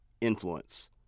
Influence